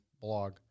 blog